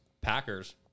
Packers